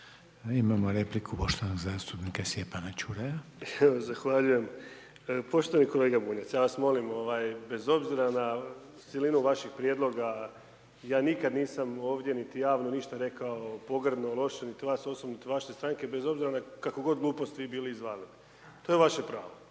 Imamo repliku poštovanog zastupnika Stjepana Ćuraja. **Čuraj, Stjepan (HNS)** Evo zahvaljujem, poštovani kolega Bunjac, ja vas molim ovaj bez obzira na silinu vaših prijedloga, ja nikad nisam ovdje niti javno ništa rekao pogrdno, loše, niti vas osobno, niti vaše stranke bez obzira kakvu god glupost vi bili izvalili. To je vaše pravo.